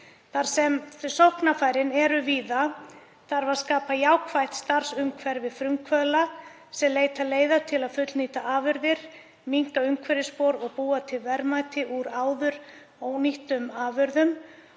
Þar sem sóknarfærin eru víða þarf að skapa jákvætt starfsumhverfi frumkvöðla sem leita leiða til að fullnýta afurðir, minnka umhverfisspor og búa til verðmæti úr áður ónýttum afurðum.